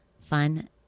fun